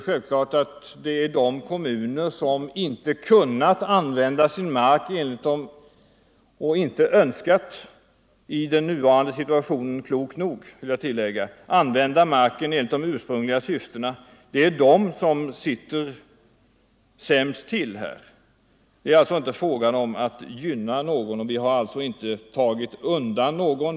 Självfallet är det de kommuner som inte har kunnat eller som i den nuvarande situationen inte har önskat — klokt nog, vill jag tillägga — använda marken enligt de ursprungliga syftena som ligger sämst till. Det är alltså inte fråga om att gynna någon, och vi har inte undantagit någon.